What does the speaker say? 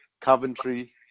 Coventry